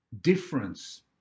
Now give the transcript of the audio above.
difference